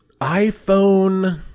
iPhone